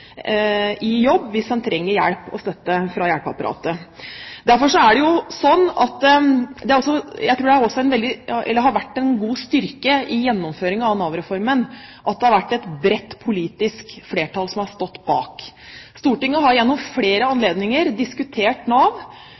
i jobb hvis man trenger hjelp og støtte fra hjelpeapparatet. Det har vært en styrke i gjennomføringen av Nav-reformen at det har vært et bredt politisk flertall som har stått bak. Stortinget har ved flere anledninger diskutert Nav,